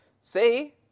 Say